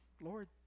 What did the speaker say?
Lord